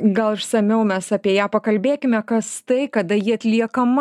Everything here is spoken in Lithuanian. gal išsamiau mes apie ją pakalbėkime kas tai kada ji atliekama